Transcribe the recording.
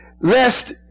lest